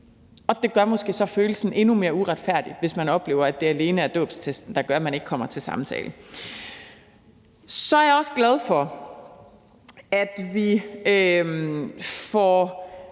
og det gør måske så følelsen endnu mere uretfærdig, altså hvis man oplever, at det alene er dåbsattesten der gør, at man ikke kommer til samtale. Så er jeg også glad for, at vi får